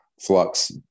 flux